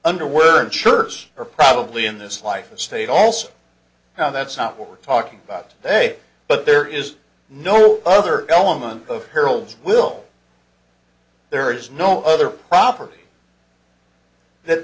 underwear and church are probably in this life the state also now that's not what we're talking about day but there is no other element of harold's will there is no other property that